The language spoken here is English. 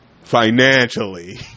financially